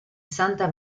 santa